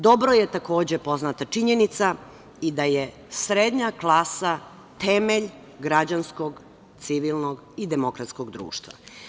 Dobro je, takođe, poznata činjenica i da je srednja klasa temelj građanskog, civilnog i demokratskog društva.